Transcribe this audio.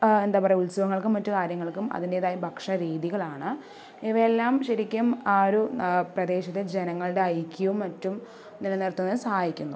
എന്താ പറയുക ഉത്സവങ്ങൾക്കും മറ്റു കാര്യങ്ങൾക്കും അതിൻ്റെതായ ഭക്ഷണ രീതികളാണ് ഇവയെല്ലാം ശരിയ്ക്കും ആ ഒരു പ്രദേശത്തെ ജനങ്ങളുടെ ഐക്യവും മറ്റും നിലനിർത്തുന്നതിനും സഹായിക്കുന്നു